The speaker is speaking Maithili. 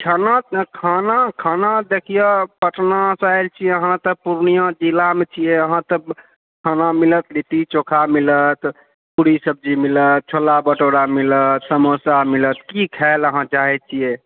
खाना खाना तऽ खाना अहाँ देखियो तऽ पटना सऽ आयल छिये अहाँ तऽ पूर्णियाँ जिलामे छियै अहाँ तऽ खाना मिलत लिट्टी चौखा मिलत पूरी सब्जी मिलत छोला भटूरा मिलत समोसा मिलत की खाइ लए अहाँ चाहैत छियै